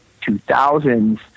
2000s